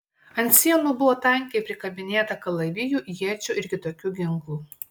ant sienų buvo tankiai prikabinėta kalavijų iečių ir kitokių ginklų